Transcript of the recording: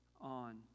on